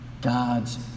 God's